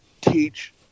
teach